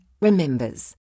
Remembers